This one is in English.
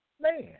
man